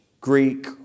Greek